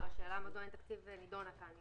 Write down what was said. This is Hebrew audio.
כפי שיוגב אמר, השאלה מדוע אין תקציב נידונה כאן.